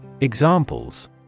Examples